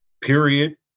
period